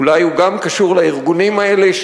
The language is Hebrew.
אולי הוא גם קשור לארגונים האלה,